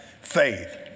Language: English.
Faith